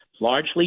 largely